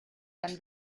dann